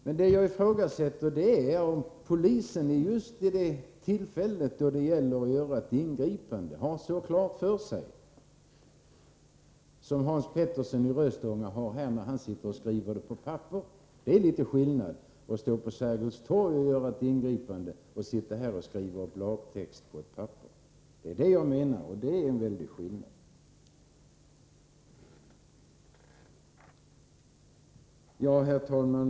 Men vad jag ifrågasätter är om polisen just vid det tillfälle då det gäller att göra ett ingripande har helt klart för sig hur man skall handla. Det är skillnad på att befinna sig i den situationen och att, som Hans Petersson i Röstånga gör, skriva ned på ett papper vad som bör göras. Det är inte samma sak att göra ett ingripande på Sergels torg som att sitta här och skriva ned lagtext på ett papper.